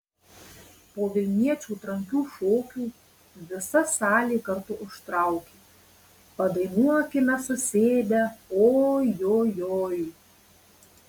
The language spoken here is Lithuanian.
po vilniečių trankių šokių visa salė kartu užtraukė padainuokime susėdę o jo joj